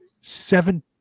seven